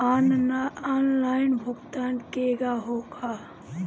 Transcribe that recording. Online भुगतान केगा होला?